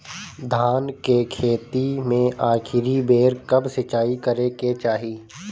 धान के खेती मे आखिरी बेर कब सिचाई करे के चाही?